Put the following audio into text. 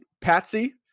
Patsy